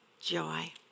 joy